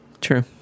True